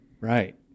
Right